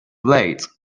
blades